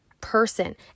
person